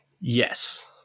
Yes